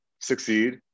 succeed